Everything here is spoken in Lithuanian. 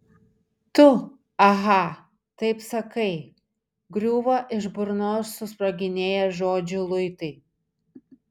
tu aha taip sakai griūva iš burnos susproginėję žodžių luitai